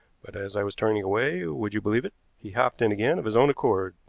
but as i was turning away, would you believe it, he hopped in again of his own accord.